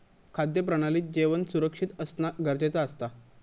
खाद्य प्रणालीत जेवण सुरक्षित असना गरजेचा असता